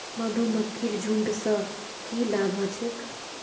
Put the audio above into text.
मधुमक्खीर झुंड स की लाभ ह छेक